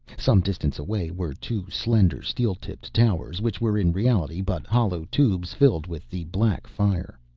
some distance away were two slender, steel-tipped towers, which were, in reality, but hollow tubes filled with the black fire.